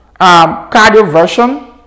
cardioversion